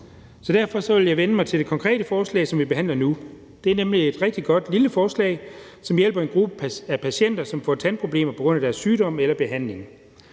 Derfor vil jeg vende mig til det konkrete forslag, som vi behandler nu. Det er nemlig et rigtig godt lille forslag, som hjælper en gruppe af patienter, som får tandproblemer på grund af deres sygdom eller behandling.